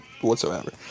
whatsoever